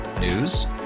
News